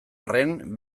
arren